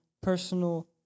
personal